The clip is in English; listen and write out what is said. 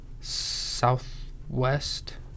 southwest